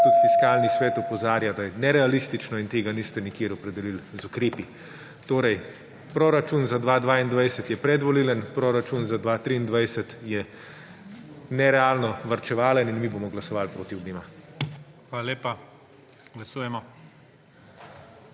tudi Fiskalni svet opozarja, da je nerealistično in tega niste nikjer opredelil z ukrepi. Torej, proračun za 2022 je predvolilen, proračun za 2023 je nerealno varčevalen in mi bomo glasovali proti obema. **PREDSEDNIK